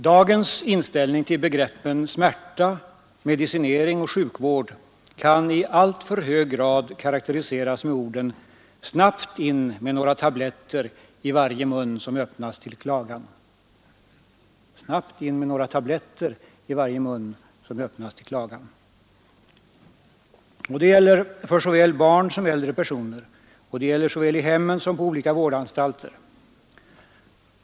Dagens inställning till begreppen smärta, medicinering och sjukvård kan i alltför hög grad karakteriseras med orden: ”Snabbt in med några tabletter i varje mun som öppnas till klagan.” Detta gäller för såväl barn som äldre personer och det gäller såväl i hemmen som på olika vårdanstalter.